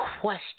question